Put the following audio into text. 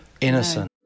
Innocent